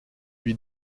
lui